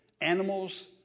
animals